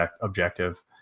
objective